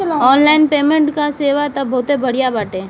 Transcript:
online payment कअ सेवा तअ बहुते बढ़िया बाटे